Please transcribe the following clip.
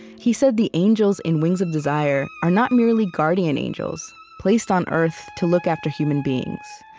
he said the angels in wings of desire are not merely guardian angels, placed on earth to look after human beings.